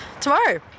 tomorrow